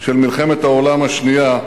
של מלחמת העולם השנייה,